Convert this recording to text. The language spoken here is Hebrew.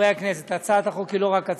וחוזרת להכנתה לקריאה